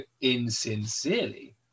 insincerely